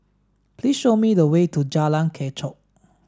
please show me the way to Jalan Kechot